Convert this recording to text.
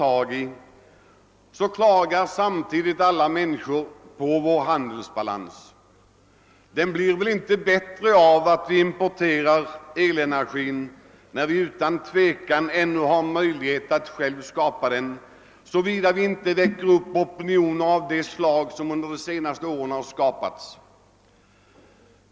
Alla människor klagar över vår dåliga handelsbalans, och den blir väl inte bättre av att vi importerar elenergi när vi ännu har möjlighet att själva alstra den, såvida vi inte väcker upp opinioner av det slag som har skapats under senare år.